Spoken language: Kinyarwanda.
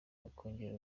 ukongerera